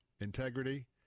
integrity